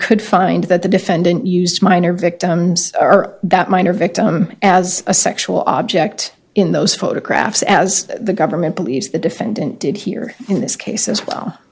could find that the defendant used minor victims or that minor victim as a sexual object in those photographs as the government police the defendant did here in this case as